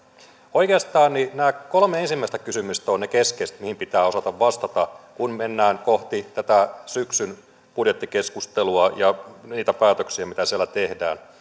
oikeastaan nämä kolme ensimmäistä kysymystä ovat ne keskeiset mihin pitää osata vastata kun mennään kohti tätä syksyn budjettikeskustelua ja niitä päätöksiä mitä siellä tehdään